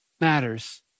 matters